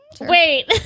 Wait